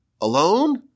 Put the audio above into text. alone